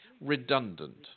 redundant